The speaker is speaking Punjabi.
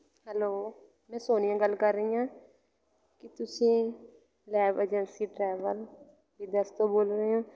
ਹੈਲੋ ਮੈਂ ਸੋਨੀਆ ਗੱਲ ਕਰ ਰਹੀ ਹਾਂ ਕੀ ਤੁਸੀਂ ਲੈਬ ਏਜੰਸੀ ਟਰੈਵਲ ਤੋਂ ਬੋਲ ਰਹੇ ਹੋ